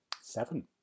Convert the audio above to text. Seven